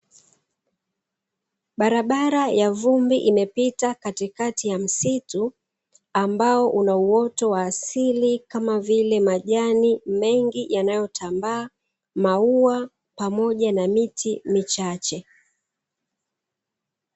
Barabara ya vumbi imepita katikati ya msitu ambao una uoto wa asili kama vile majani mengi yanayotambaa maua pamoja na miti michache.